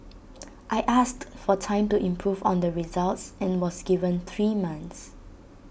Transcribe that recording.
I asked for time to improve on the results and was given three months